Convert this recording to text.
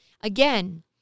Again